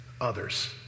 others